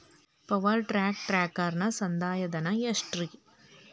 Power track ಟ್ರ್ಯಾಕ್ಟರನ ಸಂದಾಯ ಧನ ಎಷ್ಟ್ ರಿ?